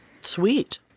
Sweet